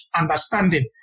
understanding